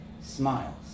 smiles